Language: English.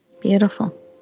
Beautiful